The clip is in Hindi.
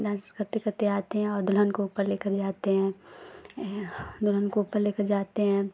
डान्स करते करते आते हैं और दुल्हन को ऊपर लेकर जाते हैं दुल्हन को ऊपर लेकर जाते हैं